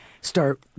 Start